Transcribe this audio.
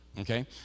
Okay